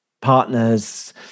partners